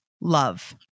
love